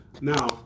Now